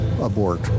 abort